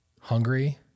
hungry